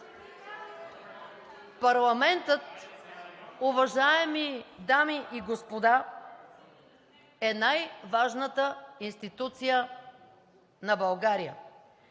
Парламентът, уважаеми дами и господа, е най-важната институция на България.